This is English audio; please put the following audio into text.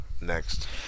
next